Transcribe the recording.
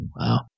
Wow